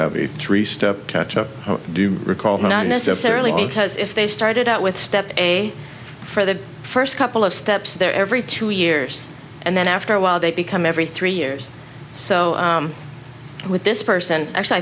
to do recall not necessarily mean because if they started out with step a for the first couple of steps they're every two years and then after a while they become every three years so with this person actually i